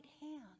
hand